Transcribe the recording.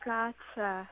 Gotcha